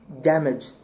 damage